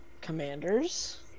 Commanders